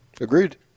Agreed